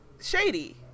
Shady